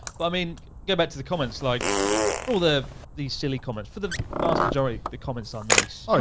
but i mean go back to the comments, like for all the, these silly comments, for the vast majority, the comments are nice. oh